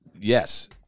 Yes